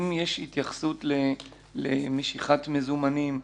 אם יש התייחסות למשיכת מזומנים,